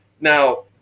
now